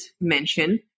mention